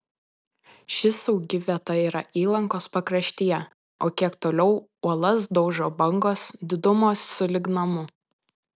ši saugi vieta yra įlankos pakraštyje o kiek toliau uolas daužo bangos didumo sulig namu